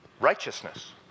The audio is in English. righteousness